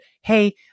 hey